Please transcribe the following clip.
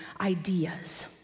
ideas